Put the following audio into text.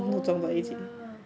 oh ya